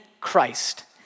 Christ